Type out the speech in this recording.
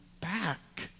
back